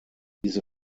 diese